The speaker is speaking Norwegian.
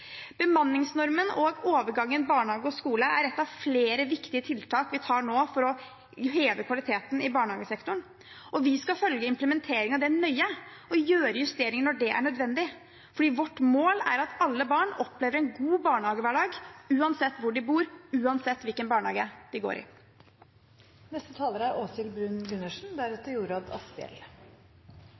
Bemanningsnormen og overgangen mellom barnehage og skole er et av flere viktige tiltak vi nå tar for å heve kvaliteten i barnehagesektoren. Vi skal følge implementeringen av den nøye og gjøre justeringer når det er nødvendig, for vårt mål er at alle barn opplever en god barnehagehverdag uansett hvor de bor, uansett hvilken barnehage de går